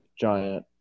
giant